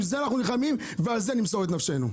ועל זה אנחנו נלחמים ועל זה נמסור את נפשנו.